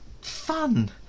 Fun